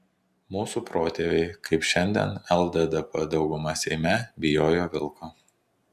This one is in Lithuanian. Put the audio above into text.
mūsų protėviai kaip šiandien lddp dauguma seime bijojo vilko